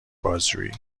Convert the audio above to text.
بازجویی